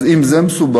אז אם זה מסובך,